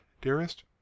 dearest